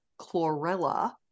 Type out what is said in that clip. chlorella